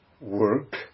work